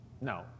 No